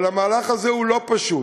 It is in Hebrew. אבל המהלך הזה הוא לא פשוט.